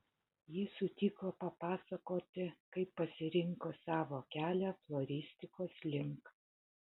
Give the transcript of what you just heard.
ji sutiko papasakoti kaip pasirinko savo kelią floristikos link